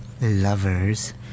...lovers